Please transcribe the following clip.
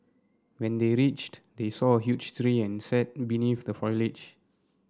when they reached they saw a huge tree and sat the foliage